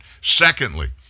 secondly